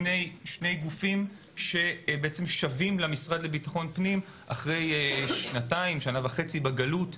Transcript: שני גופים ששווים למשרד לביטחון פנים אחרי שנתיים בגלות.